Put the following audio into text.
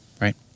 right